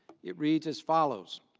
it read as follows,